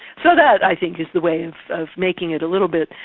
so that i think, is the way of of making it a little bit,